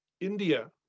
India